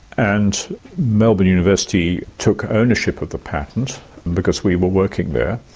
and melbourne university took ownership of the patent because we were working there,